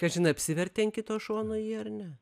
kažin apsivertė ant kito šono ji ar ne